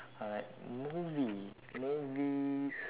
uh movie movies